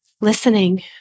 listening